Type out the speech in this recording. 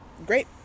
great